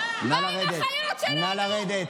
נא לרדת.